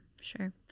sure